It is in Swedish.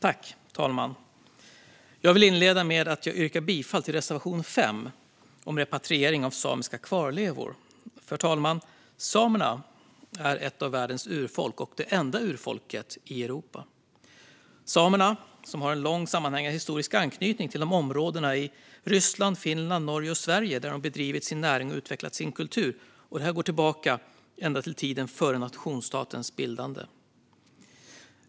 Fru talman! Jag vill inleda med att yrka bifall till reservation 5 om repatriering av samiska kvarlevor. Fru talman! Samerna är ett av världens urfolk och det enda urfolket i Europa. Samerna har en lång sammanhängande historisk anknytning till de områden i Ryssland, Finland, Norge och Sverige där de bedrivit sin näring och utvecklat sin kultur. Det går tillbaka ända till tiden före nationalstatens bildande.